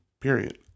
period